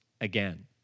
again